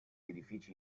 edifici